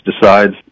decides